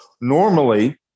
normally